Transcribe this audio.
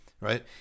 right